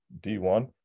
d1